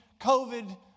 covid